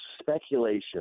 speculation